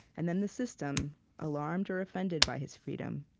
and then the system, alarmed or offended by his freedom,